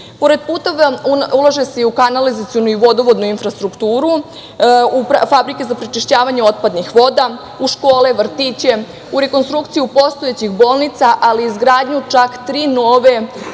Pored puteva ulaže se i u kanalizacionu i vodovodnu infrastrukturu, u fabrike za prečišćavanje otpadnih voda, u škole, vrtiće, u rekonstrukciju postojećih bolnica, ali i izgradnju čak tri nove kovid